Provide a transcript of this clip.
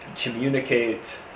communicate